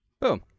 Boom